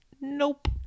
nope